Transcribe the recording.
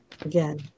again